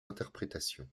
interprétations